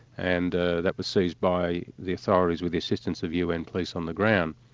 and ah that was seized by the authorities with the assistance of un police on the ground.